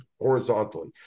horizontally